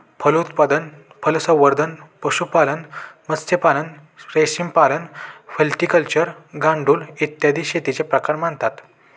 फलोत्पादन, फळसंवर्धन, पशुपालन, मत्स्यपालन, रेशीमपालन, व्हिटिकल्चर, गांडूळ, इत्यादी शेतीचे प्रकार मानतात